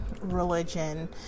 religion